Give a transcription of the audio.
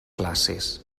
classes